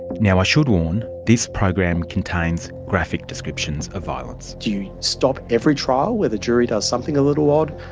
now i should warn, this program contains graphic descriptions of violence. do you stop every trial where the jury does something a little odd?